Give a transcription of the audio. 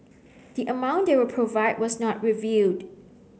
the amount they will provide was not revealed